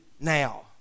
now